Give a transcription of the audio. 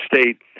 State